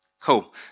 Cool